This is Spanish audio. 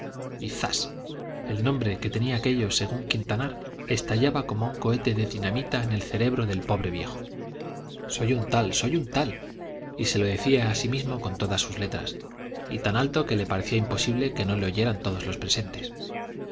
zas el nombre que tenía aquello según quintanar estallaba como un cohete de dinamita en el cerebro del pobre viejo soy un tal soy un tal y se lo decía a sí mismo con todas sus letras y tan alto que le parecía imposible que no le oyeran todos los presentes